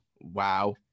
wow